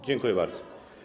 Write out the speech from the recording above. Dziękuję bardzo.